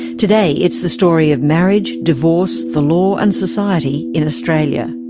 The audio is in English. today it's the story of marriage, divorce, the law and society in australia.